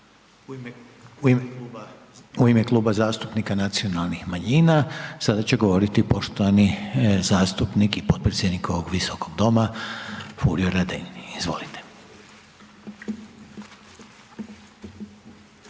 U ime Kluba zastupnika Nacionalnih manjina sada će govoriti poštovani zastupnik i potpredsjednik ovog Visokog doma Furio Radin. Izvolite.